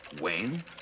Wayne